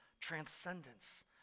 transcendence